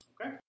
Okay